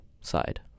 side